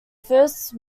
first